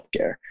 healthcare